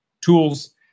tools